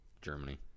Germany